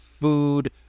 food